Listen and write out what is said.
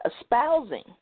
espousing